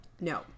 no